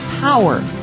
Power